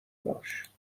باش